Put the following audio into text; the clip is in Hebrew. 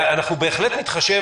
אנחנו בהחלט נתחשב